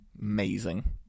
Amazing